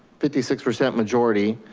fifty six percent majority,